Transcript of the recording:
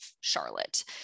Charlotte